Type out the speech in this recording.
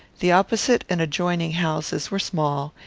the opposite and adjoining houses were small,